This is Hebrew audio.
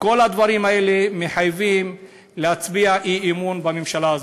כל הדברים האלה מחייבים להצביע אי-אמון בממשלה הזאת.